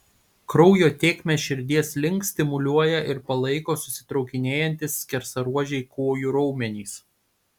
kraujo tėkmę širdies link stimuliuoja ir palaiko susitraukinėjantys skersaruožiai kojų raumenys